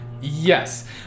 Yes